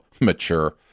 mature